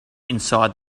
inside